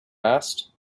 asked